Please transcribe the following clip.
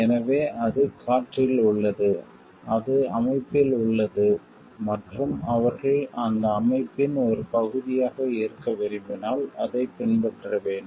எனவே அது காற்றில் உள்ளது அது அமைப்பில் உள்ளது மற்றும் அவர்கள் அந்த அமைப்பின் ஒரு பகுதியாக இருக்க விரும்பினால் அதைப் பின்பற்ற வேண்டும்